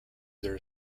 their